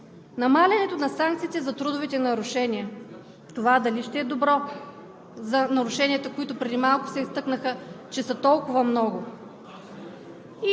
Намаляването на санкциите за трудовите нарушения – това дали ще е добро за нарушенията, които преди малко се изтъкна, че са толкова много?